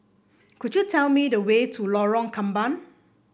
could you tell me the way to Lorong Kembang